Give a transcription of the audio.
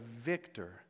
victor